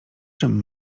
czym